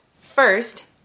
First